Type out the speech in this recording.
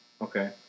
Okay